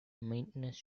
maintenance